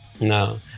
No